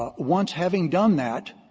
ah once having done that,